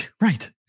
Right